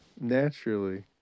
naturally